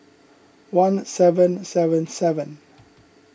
one seven seven seven